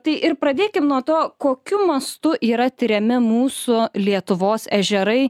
tai ir pradėkim nuo to kokiu mastu yra tiriami mūsų lietuvos ežerai